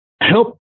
help